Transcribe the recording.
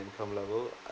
income level